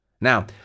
Now